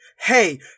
hey